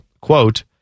quote